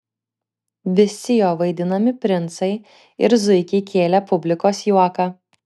visi jo vaidinami princai ir zuikiai kėlė publikos juoką